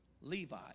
Levi